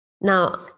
Now